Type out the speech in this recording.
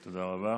תודה רבה.